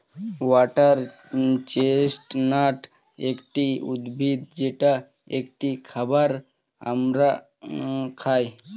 water chestnut একটি উদ্ভিদ যেটা একটি খাবার আমরা খাই